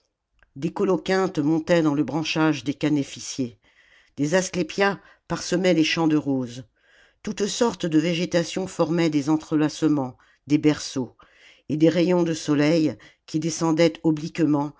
des coloquintes montaient dans le branchage des canéficiers des asclépias parsemaient les champs de roses toutes sortes de végétations formaient des entrelacements des berceaux et des rayons de soleil qui descendaient